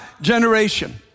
generation